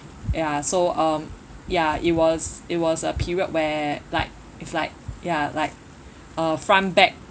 ya so um ya it was it was a period where like if like ya like uh front back